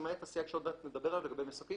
למעט הסייג שעוד מעט נדבר עליו לגבי מסוקים,